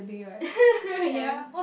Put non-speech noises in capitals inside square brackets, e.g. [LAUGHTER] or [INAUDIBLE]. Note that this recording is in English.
[LAUGHS] ya